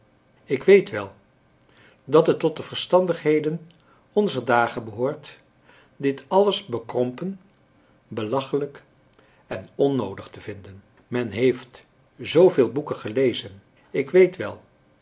ik weet wel dat het tot de verstandigheden onzer dagen behoort dit alles bekrompen belachelijk en onnoodig te vinden men heeft zoo veel boeken gelezen ik weet wel